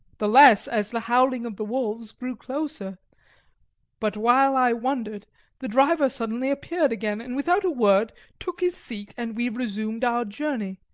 the less as the howling of the wolves grew closer but while i wondered the driver suddenly appeared again, and without a word took his seat, and we resumed our journey.